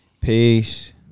Peace